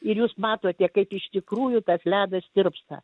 ir jūs matote kaip iš tikrųjų tas ledas tirpsta